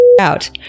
out